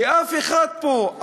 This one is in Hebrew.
כי אף אחד פה,